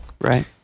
Right